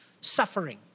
suffering